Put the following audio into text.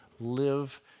live